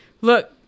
look